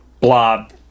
blob